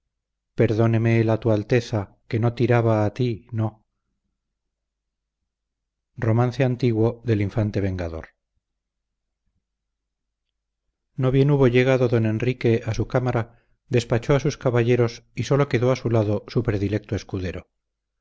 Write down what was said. el doliente no bien hubo llegado don enrique a su cámara despachó a sus caballeros y sólo quedó a su lado su predilecto escudero